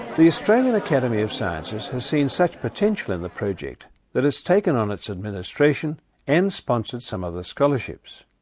the australian academy of science has has seen such potential in the project that it's taken on its administration and sponsored some of the scholarships.